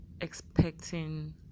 expecting